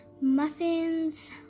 muffins